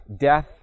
death